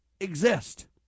Exist